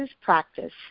practice